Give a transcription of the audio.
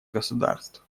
государств